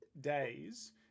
days